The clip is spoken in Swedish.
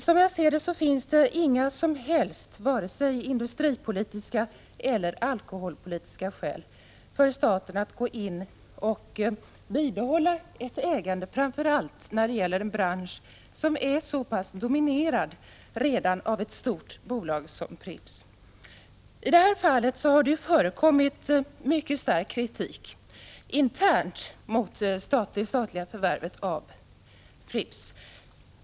Som jag ser det finns det inga som helst skäl, vare sig industripolitiska eller alkoholpolitiska, för staten att bibehålla ett ägande, framför allt när det gäller en bransch som redan är så pass dominerad av ett stort bolag som Pripps. I detta fall har det förekommit mycket stark intern kritik mot det statliga förvärvet av Pripps.